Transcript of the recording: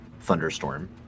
thunderstorm